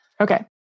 Okay